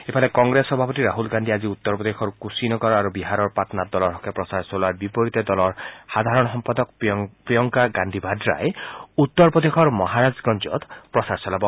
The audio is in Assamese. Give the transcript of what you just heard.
ইফালে কংগ্ৰেছ সভাপতি ৰাহুল গান্ধীয়ে আজি উত্তৰ প্ৰদেশৰ কুশিনগৰ আৰু বিহাৰৰ পাটনাত দলৰ হকে প্ৰচাৰ চলোৱাৰ বিপৰীতে দলৰ সাধাৰণ সম্পাদক প্ৰিয়ংকা গান্ধী ভাৱাই উত্তৰ প্ৰদেশৰ মহাৰাজগঞ্জত প্ৰচাৰ চলাব